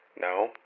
No